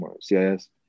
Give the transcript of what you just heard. CIS